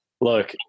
Look